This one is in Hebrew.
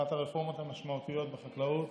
אחת הרפורמות המשמעותיות בחקלאות,